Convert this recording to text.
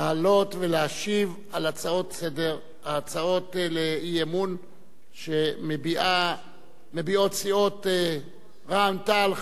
לעלות ולהשיב על הצעות האי-אמון שמביעות סיעות רע"ם-תע"ל,